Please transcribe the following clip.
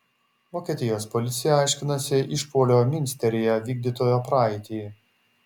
vokietijos policija aiškinasi išpuolio miunsteryje vykdytojo praeitį